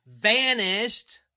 vanished